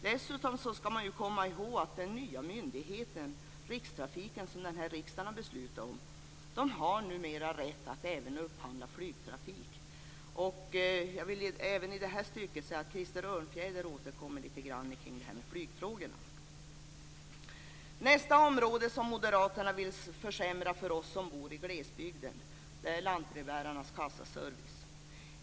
Dessutom ska man komma ihåg att den nya myndighet - Rikstrafiken - som denna riksdag har beslutat om, numera även har rätt att upphandla flygtrafik. Jag vill även i detta stycke säga att Krister Örnfjäder återkommer lite grann till flygfrågorna. Nästa område där moderaterna vill försämra för oss som bor i glesbygden är lantbrevbärarnas kassaservice.